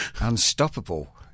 Unstoppable